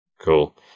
Cool